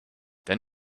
then